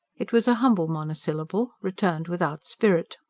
it was a humble monosyllable, returned without spirit.